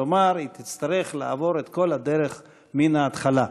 כלומר היא תצטרך לעבור את כל הדרך מן ההתחלה.